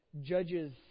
judges